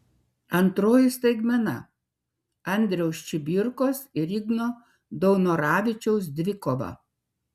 antroji staigmena andriaus čibirkos ir igno daunoravičiaus dvikova